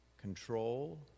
Control